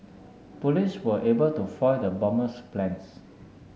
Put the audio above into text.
police were able to foil the bomber's plans